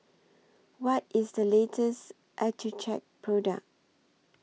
What IS The latest Accucheck Product